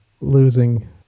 losing